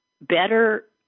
better